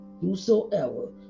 whosoever